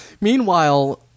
Meanwhile